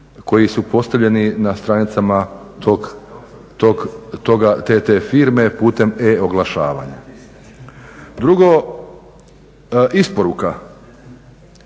koji su postavljeni na stranicama te firme putem e oglašavanja. Drugo isporuka.